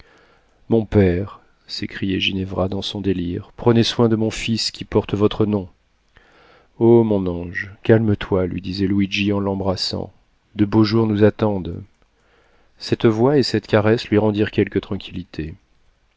mon père s'écriait ginevra dans son délire prenez soin de mon fils qui porte votre nom o mon ange calme-toi lui disait luigi en l'embrassant de beaux jours nous attendent cette voix et cette caresse lui rendirent quelque tranquillité